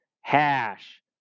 hash